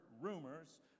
rumors